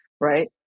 right